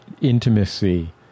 intimacy